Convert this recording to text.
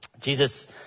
Jesus